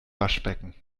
waschbecken